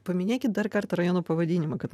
paminėkit dar kartą rajono pavadinimą kad